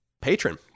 patron